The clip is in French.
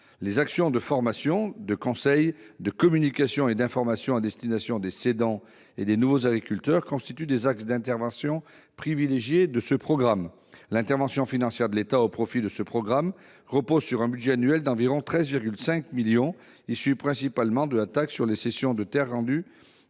Les actions de formation, de conseil, de communication et d'information à destination des cédants et des nouveaux agriculteurs constituent des axes d'intervention privilégiés de ce programme. L'intervention financière de l'État au profit de ce programme repose sur un budget annuel d'environ 13,5 milliards d'euros, issu principalement de la taxe sur les cessions de terres rendues